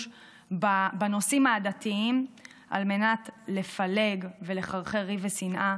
בנושאים העדתיים על מנת לפלג ולחרחר ריב ושנאה